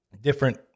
different